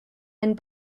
and